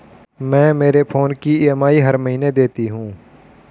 मैं मेरे फोन की ई.एम.आई हर महीने देती हूँ